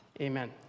Amen